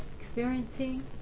experiencing